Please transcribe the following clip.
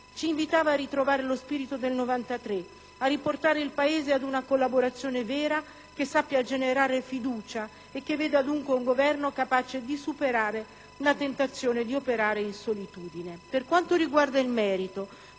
ci invitava a ritrovare lo spirito del 1993, a riportare il Paese ad una collaborazione vera che sappia generare fiducia, che veda dunque un Governo capace di superare la tentazione di operare in solitudine. Per quanto riguarda il merito,